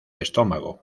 estómago